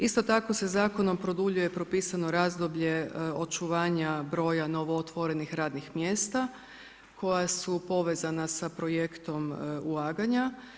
Isto tako se zakonom produljuje propisano razdoblje očuvanje broja novootvorenih radnih mjesta, koja su povezana s projektom ulaganja.